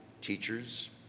teachers